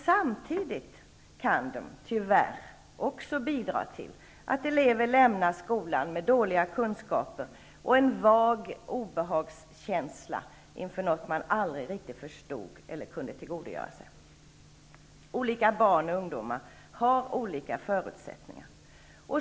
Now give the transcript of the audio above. Samtidigt kan de tyvärr också bidra till att elever lämnar skolan med dåliga kunskaper och en vag obehagskänsla inför något man aldrig riktigt förstod eller kunde tillgodogöra sig. Olika barn och ungdomar har olika förutsättningar.